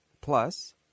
plus